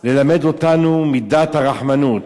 ללמד אותנו מידת הרחמנות,